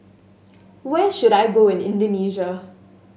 where should I go in Indonesia